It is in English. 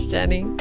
Jenny